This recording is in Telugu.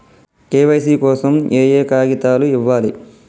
కే.వై.సీ కోసం ఏయే కాగితాలు ఇవ్వాలి?